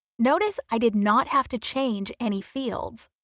notice i did not have to change any fields.